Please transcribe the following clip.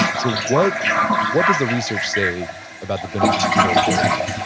so what what does the research say about the benefits of cold therapy?